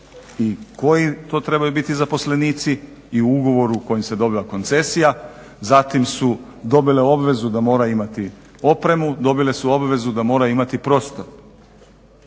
i koji to trebaju biti zaposlenici i u ugovoru kojim se dobiva koncesija. Zatim su dobile obvezu da moraju imati opremu, dobile su obvezu da moraju imati prostor.